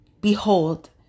Behold